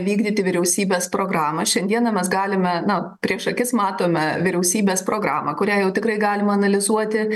vykdyti vyriausybės programą šiandieną mes galime na prieš akis matome vyriausybės programą kurią jau tikrai galim analizuoti